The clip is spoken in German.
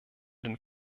den